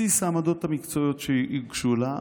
על בסיס העמדות המקצועיות שהוגשו לה,